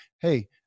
hey